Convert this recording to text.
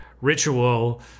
ritual